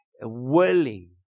willing